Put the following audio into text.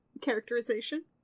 characterization